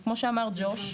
אז כמו שאמר ג'וש,